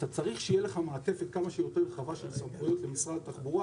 אתה צריך שתהיה לך מעטפת כמה שיותר רחבה של סמכויות למשרד התחבורה.